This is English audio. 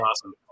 awesome